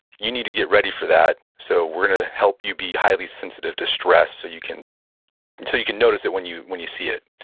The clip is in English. you need to get ready for that, so we're going to help you be highly sensitive to stress so you can and so you can notice it when you when you see it.